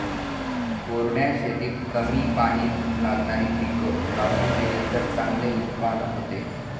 कोरड्या शेतीत कमी पाणी लागणारी पिकं लावली गेलीत तर चांगले उत्पादन होते